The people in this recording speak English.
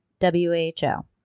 W-H-O